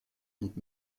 und